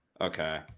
Okay